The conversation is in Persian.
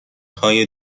های